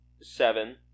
seven